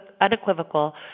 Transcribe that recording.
unequivocal